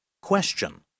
question